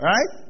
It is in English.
Right